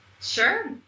sure